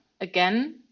again